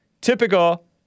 Typical